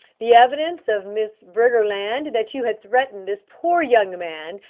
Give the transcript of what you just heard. the evidence of miss briggerland that you had threatened this poor young man,